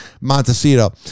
montecito